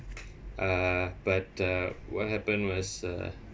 ah but ah what happened was uh